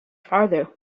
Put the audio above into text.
farther